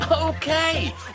Okay